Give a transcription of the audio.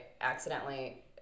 accidentally